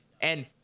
and-